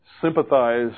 sympathize